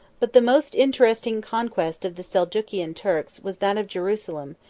but the most interesting conquest of the seljukian turks was that of jerusalem,